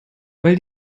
weil